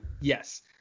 Yes